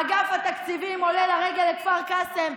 אגף התקציבים עולה לרגל לכפר קאסם.